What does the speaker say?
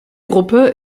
gruppe